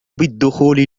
بالدخول